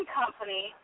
company